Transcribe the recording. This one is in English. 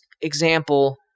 example